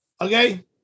Okay